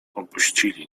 opuścili